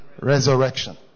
resurrection